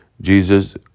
Jesus